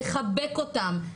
לחבק אותם,